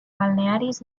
balnearis